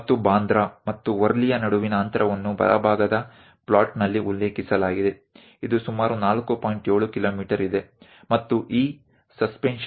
અને બાંદ્રા અને વરલી વચ્ચેનું અંતર પણ જમણી બાજુની જગ્યામાં બતાવવામાં આવેલ છે છે તે લગભગ 4